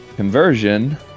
Conversion